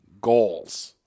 goals